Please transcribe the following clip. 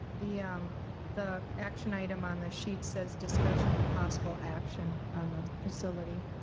the um the action item on the sheet says discussion and possible action on the facility.